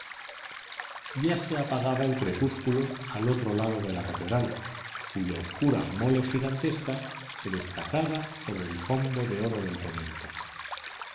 ya se apagaba el crepúsculo al otro lado de la catedral cuya oscura mole gigantesca se destacaba sobre el fondo de oro del poniente